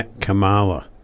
Kamala